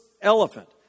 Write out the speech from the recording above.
elephant